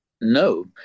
No